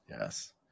Yes